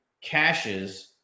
caches